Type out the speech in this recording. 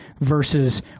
versus